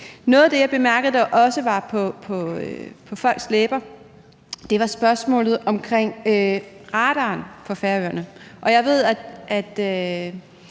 Noget af det, jeg bemærkede også var på folks læber, var spørgsmålet om radaren på Færøerne. Jeg ved, at